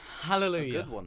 Hallelujah